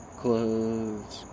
clothes